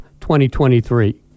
2023